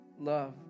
love